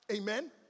Amen